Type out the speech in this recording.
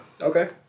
Okay